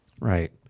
Right